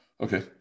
Okay